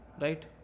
right